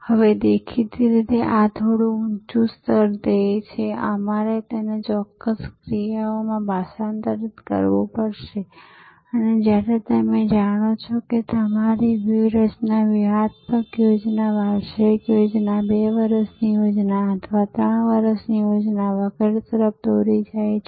હવેદેખીતી રીતે આ થોડું ઉચ્ચ સ્તરનું ધ્યેય છે અમારે તેને ચોક્કસ ક્રિયાઓમાં ભાષાંતરિત કરવું પડશે અને જ્યારે તમે જાણો છો કે તમારી વ્યૂહરચના વ્યૂહાત્મક યોજના વાર્ષિક યોજના 2 વર્ષની યોજના અથવા 3 વર્ષની યોજના વગેરે તરફ દોરી જાય છે